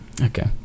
Okay